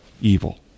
evil